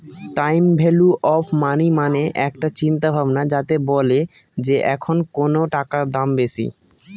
time value of money মানে একটা চিন্তা ভাবনা যাতে বলে যে এখন কোনো টাকার দাম বেশি